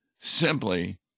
simply